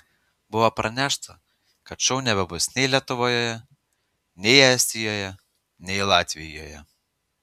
buvo pranešta kad šou nebebus nei lietuvoje nei estijoje nei latvijoje